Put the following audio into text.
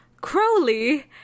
Crowley